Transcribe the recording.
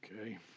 okay